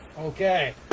okay